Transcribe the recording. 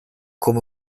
come